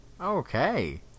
Okay